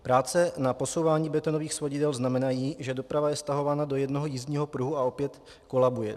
Práce na posouvání betonových svodidel znamenají, že doprava je stahována do jednoho jízdního pruhu a opět kolabuje.